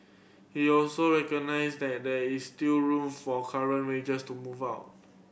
he also recognised that there is still room for current wages to move up